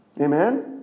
Amen